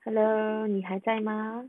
hello 你还在吗